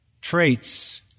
traits